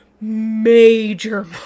major